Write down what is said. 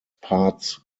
parts